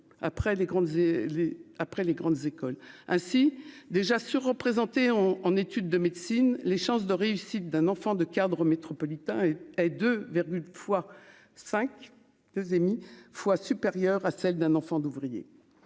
si déjà se représenter en en études de médecine, les chances de réussite d'un enfant de cadre métropolitain est 2 fois 5 2 Emmy fois supérieure à celle d'un enfant d'ouvrier,